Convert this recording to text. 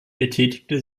betätigte